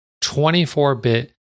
24-bit